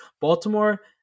Baltimore